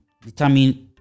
determine